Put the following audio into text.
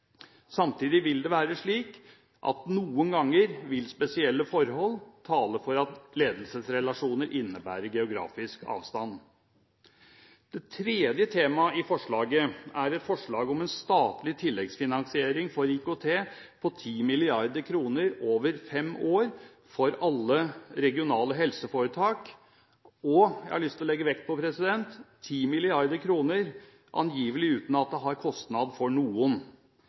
Samtidig vil det være slik at spesielle forhold noen ganger vil tale for at ledelsesrelasjoner innebærer geografisk avstand. Det tredje temaet i forslaget er et forslag om en statlig tilleggsfinansiering for IKT på 10 mrd. kr over fem år for alle regionale helseforetak – og, jeg har lyst til å legge vekt på, 10 mrd. kr angivelig uten at det har kostnad for noen.